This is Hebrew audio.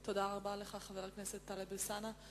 תודה רבה לך, חבר הכנסת טלב אלסאנע.